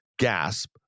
gasp